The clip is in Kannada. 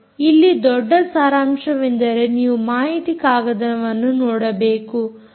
ಇಲ್ಲಿ ದೊಡ್ಡ ಸಾರಾಂಶವೆಂದರೆ ನೀವು ಮಾಹಿತಿ ಕಾಗದವನ್ನು ನೋಡಬೇಕು